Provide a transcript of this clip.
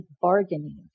bargaining